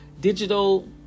digital